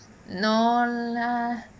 no lah